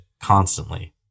constantly